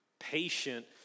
Patient